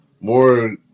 more